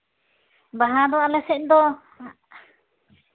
ᱵᱟᱦᱟ ᱫᱚ ᱟᱞᱮ ᱥᱮᱫ ᱫᱚ